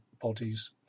bodies